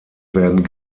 werden